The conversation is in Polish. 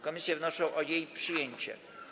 Komisje wnoszą o jej przyjęcie.